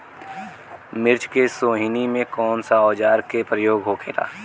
मिर्च के सोहनी में कौन सा औजार के प्रयोग होखेला?